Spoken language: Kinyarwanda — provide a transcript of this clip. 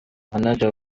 manager